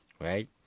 right